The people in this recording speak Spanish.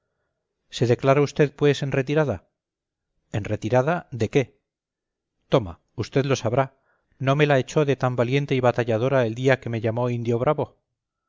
se declara usted pues en retirada en retirada de qué toma usted lo sabrá no me la echó de tan valiente y batalladora el día que me llamó indio bravo